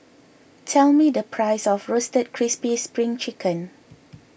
tell me the price of Roasted Crispy Spring Chicken